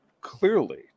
clearly